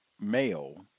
male